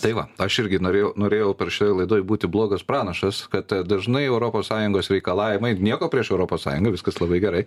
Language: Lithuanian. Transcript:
tai va aš irgi norėjau norėjau šitoj laidoj būti blogas pranašas kad dažnai europos sąjungos reikalavimai nieko prieš europos sąjungą viskas labai gerai